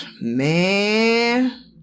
man